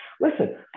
Listen